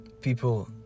people